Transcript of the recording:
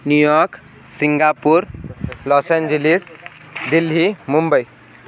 New York Singapore Los Angeles Delhi Mumbai